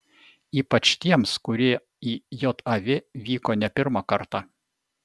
ypač tiems kurie į jav vyko ne pirmą kartą